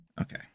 Okay